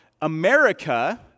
America